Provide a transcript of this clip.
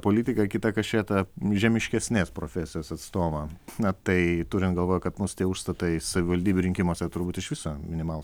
politiką kitą kašėtą žemiškesnės profesijos atstovą na tai turint galvoj kad mūsų tie užstatai savivaldybių rinkimuose turbūt iš viso minimalūs